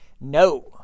no